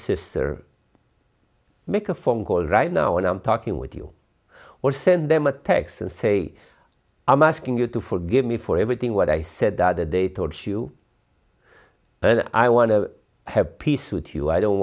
sister make a phone call right now when i'm talking with you or send them a text and say i'm asking you to forgive me for everything what i said that they told you but i want to have peace with you i don't